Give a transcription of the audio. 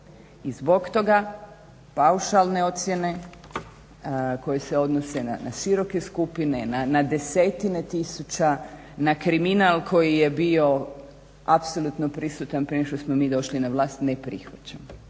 I zbog toga paušalne ocjene koje se odnose na široke skupine na desetine tisuća na kriminal koji je bio apsolutno prisutan prije nego što smo mi došli na vlast ne prihvaćamo.